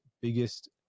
biggest